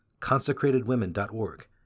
consecratedwomen.org